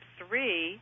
three